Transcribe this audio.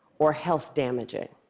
or health-damaging.